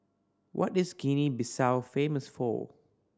what is Guinea Bissau famous for